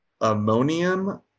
ammonium